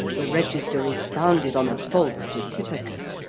the register is founded on a false certificate,